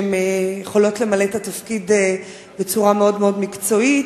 שיכולות למלא את התפקיד בצורה מאוד מאוד מקצועית.